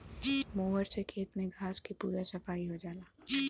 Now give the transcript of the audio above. mower से खेत में घास के पूरा सफाई हो जाला